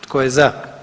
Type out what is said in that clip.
Tko je za?